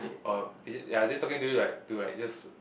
oh is it ya is it talking to you like to like just